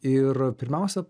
ir pirmiausia